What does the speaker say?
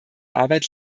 arbeit